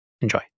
Enjoy